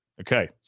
Okay